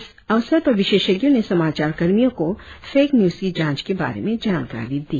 इस अवसर पर विशेषज्ञों ने समाचार कर्मियों को फेक न्यूज की जांच के बारे में जानकारी दी